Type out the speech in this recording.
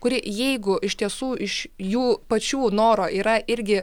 kuri jeigu iš tiesų iš jų pačių noro yra irgi